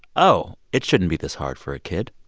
oh, it shouldn't be this hard for a kid?